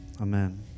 Amen